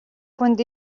хүнд